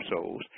souls